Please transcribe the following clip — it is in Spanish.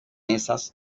esas